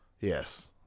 yes